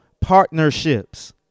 partnerships